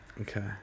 Okay